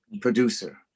producer